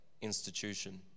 institution